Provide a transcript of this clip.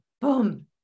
boom